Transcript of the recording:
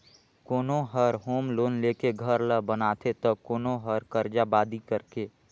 कोनो हर home loan लेके घर ल बनाथे त कोनो हर करजा बादी करके